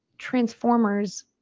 Transformers